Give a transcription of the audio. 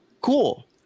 Cool